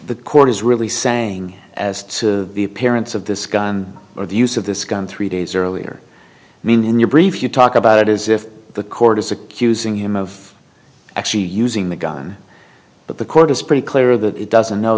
the court is really saying as to the parents of this guy or the use of this gun three days earlier i mean in your brief you talk about it is if the court is accusing him of actually using the gun but the court is pretty clear that it doesn't know